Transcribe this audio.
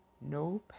no